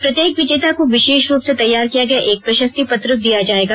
प्रत्येक विजेता को विशेष रूप से तैयार किया गया प्रशस्ति पत्र दिया जाएगा